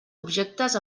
objectes